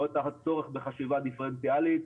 לא את הצורך בחשיבה דיפרנציאלית